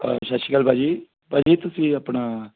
ਸਤਿ ਸ਼੍ਰੀ ਅਕਾਲ ਭਾਅ ਜੀ ਭਾਅ ਜੀ ਤੁਸੀਂ ਆਪਣਾ